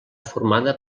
formada